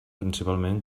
principalment